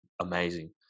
amazing